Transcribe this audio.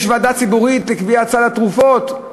יש ועדה ציבורית לקביעת סל התרופות,